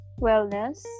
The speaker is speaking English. wellness